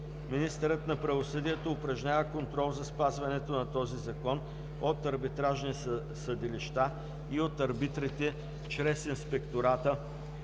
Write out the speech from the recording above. Министърът на правосъдието упражнява контрол за спазването на този закон от арбитражни съдилища и от арбитрите чрез Инспектората